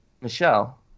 Michelle